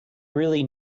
really